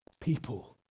people